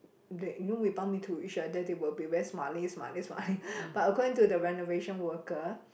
they you know we bumped into each other they will be very smiley smiley smiley but according to the renovation worker